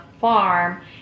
farm